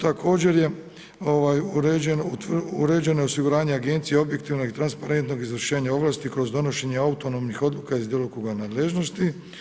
Također je uređeno osiguranje agencije objektivnog i transparentnog izvršenja ovlasti kroz donošenje autonomnih odluka iz djelokruga nadležnosti.